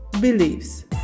beliefs